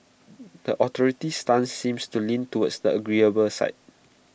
the authorities' stance seems to lean towards the agreeable side